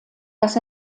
dass